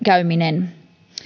käyminen